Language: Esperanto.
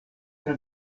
tra